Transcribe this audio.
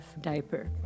diaper